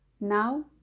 now